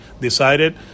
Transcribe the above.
decided